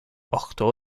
ochtó